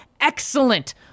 excellent